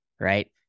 Right